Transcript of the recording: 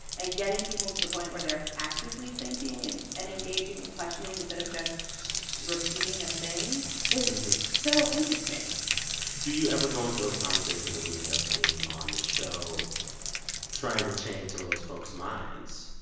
and getting people to the point where they're actively thinking and and engaging and questioning instead of just repeating a thing is so interesting do you ever go into those conversations that we end up seeing on the show trying to change some of those folks' minds?